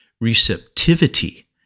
receptivity